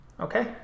Okay